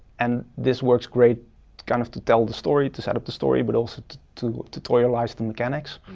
and this works great kind of to tell the story, to set up the story, but also to tutorialize the mechanics,